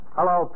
Hello